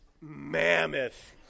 Mammoth